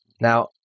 Now